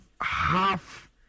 half